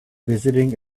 visiting